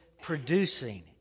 producing